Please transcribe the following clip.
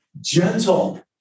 Gentle